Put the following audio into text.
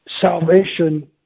Salvation